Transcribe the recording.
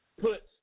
puts